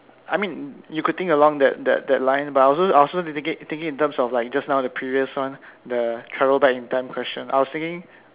I mean you could think along that that line but I also I also think it thinking in terms of just now the previous one the travel back in time question I was thinking